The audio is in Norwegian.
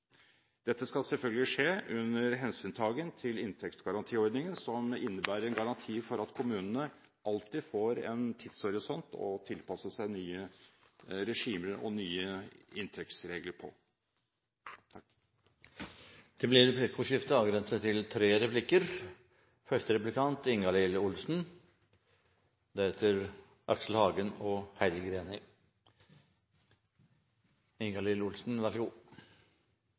Dette skal selvfølgelig skje under hensyntaken til inntektsgarantiordningen, som innebærer en garanti for at kommunene alltid får en tidshorisont for å tilpasse seg nye regimer og nye inntektsregler. Det blir replikkordskifte. Høyre ønsker en annen fordeling av skatteinntektene til